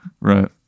Right